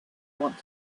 want